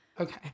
Okay